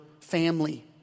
family